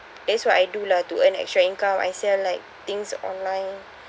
that's what I do lah to earn extra income I sell like things online